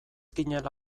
ginela